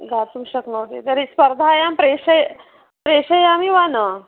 गातुं शक्नोति तर्हि स्पर्धायां प्रेषयामि प्रेषयामि वा न